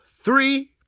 three